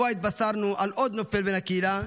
השבוע התבשרנו על עוד נופל בן הקהילה,